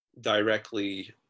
directly